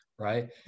Right